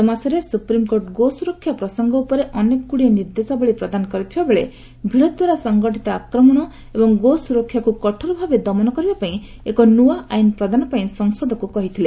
ଗତ ମାସରେ ସୁପ୍ରିମକୋର୍ଟ ଗୋସୁରକ୍ଷା ପ୍ରସଙ୍ଗ ଉପରେ ଅନେକ ଗୁଡିଏ ନିର୍ଦ୍ଦେଶାବଳୀ ପ୍ରଦାନ କରିଥିବାବେଳେ ଭିଡଦ୍ୱାର ସଂଗଠିତ ଆକ୍ରମଣ ଏବଂ ଗୋସୁରକ୍ଷାକୁ କଠୋରଭାବେ ଦମନ କରିବା ପାଇଁ ଏକ ନୂଆ ଆଇନ ପ୍ରଦାନ ପାଇଁ ସଂସଦକୁ କହିଥିଲେ